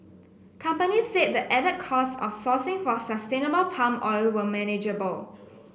companies said the added costs of sourcing for sustainable palm oil were manageable